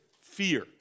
fear